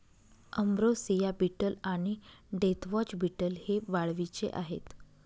ambrosia beetle आणि deathwatch beetle हे वाळवीचे आहेत